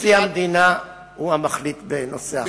נשיא המדינה הוא המחליט בנושא החנינה.